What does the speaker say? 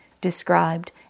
described